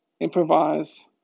improvise